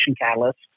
Catalyst